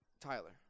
Tyler